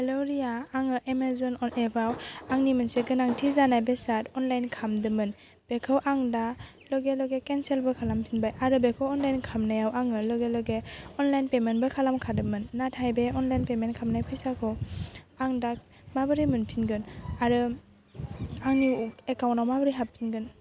हेल' रिया आङो एमाजन अल एपाव आंनि मोनसे गोनांथि जानाय बेसाद अनलाइन खालामदोंमोन बेखौ आं दा लगे लगे केन्सेलबो खालामफिनबाय आरो बेखौ अनलाइन खालामनायाव आङो लगे लगे अनलाइन पेमेन्टबो खालामखादोंमोन नाथाइ बे अनलाइन पेमेन्ट खालामनाय फैसाखौ आं दा माबोरै मोनफिनगोन आरो आंनि एकाउन्ट आव माबोरै हाबफिनगोन